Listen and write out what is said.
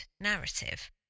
narrative